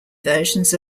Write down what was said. versions